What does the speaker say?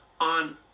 on